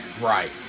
Right